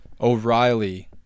O'Reilly